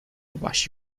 wasi